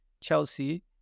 Chelsea